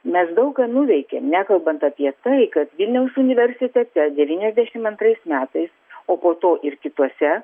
mes daug ką nuveikėm nekalbant apie tai kad vilniaus universitete devyniasdešimt antrais metais o po to ir kituose